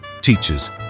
teachers